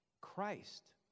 Christ